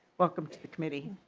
welcome to the committee.